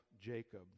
Jacob